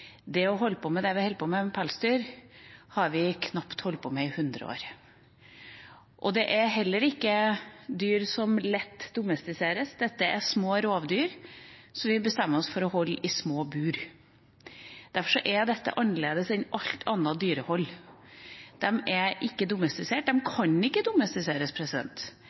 Det å holde pelsdyr har vi holdt på med i knapt 100 år. Dette er dyr som heller ikke lett domestiseres. Dette er små rovdyr, som vi bestemmer oss for å holde i små bur. Derfor er dette annerledes enn alt annet dyrehold. Disse dyrene er ikke domestisert – de kan ikke domestiseres.